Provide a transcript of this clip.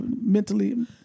mentally